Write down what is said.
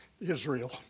Israel